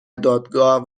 دادگاه